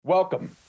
Welcome